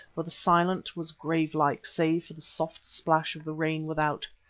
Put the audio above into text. for the silence was gravelike save for the soft splash of the rain without.